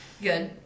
good